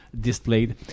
displayed